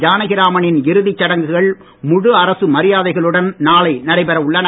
ஜானகிராமனின் இறுதிச் சடங்குகள் முழு மரியாதைகளுடன் நாளை நடைபெற உள்ளன